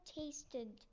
tasted